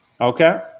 Okay